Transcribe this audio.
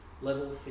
level